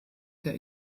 der